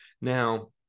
Now